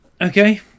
okay